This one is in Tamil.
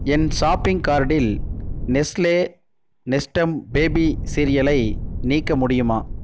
என் ஷாப்பிங் கார்ட்டில் நெஸ்லே நெஸ்டம் பேபி சீரியலை நீக்க முடியுமா